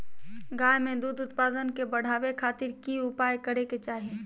गाय में दूध उत्पादन के बढ़ावे खातिर की उपाय करें कि चाही?